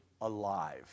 alive